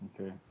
Okay